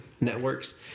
networks